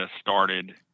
started